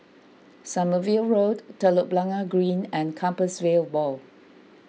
Sommerville Road Telok Blangah Green and Compassvale Bow